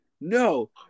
No